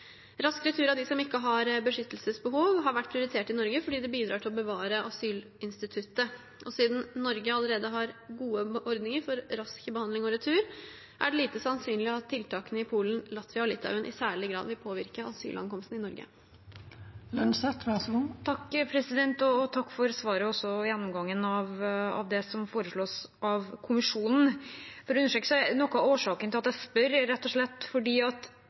av dem som ikke har et beskyttelsesbehov, har vært prioritert i Norge fordi det bidrar til å bevare asylinstituttet. Siden Norge allerede har gode ordninger for rask behandling og retur, er det lite sannsynlig at tiltakene i Polen, Latvia og Litauen i særlig grad vil påvirke asylankomstene til Norge. Takk for svaret og gjennomgangen av det som foreslås av Kommisjonen. For å understreke: Noe av årsaken til at jeg spør, er rett og slett at noe av det det spekuleres i, er at